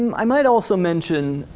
um i might also mention,